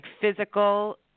physical